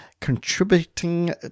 contributing